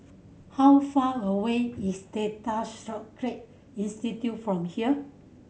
how far away is Data Storage Institute from here